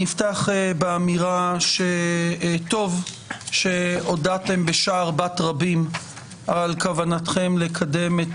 אני אפתח באמירה שטוב שהודעתם בשער בת רבים על כוונתכם לקדם את